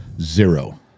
Zero